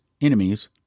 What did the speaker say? enemies